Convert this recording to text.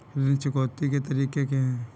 ऋण चुकौती के तरीके क्या हैं?